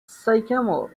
sycamore